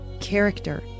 character